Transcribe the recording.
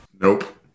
Nope